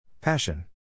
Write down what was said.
Passion